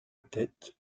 tête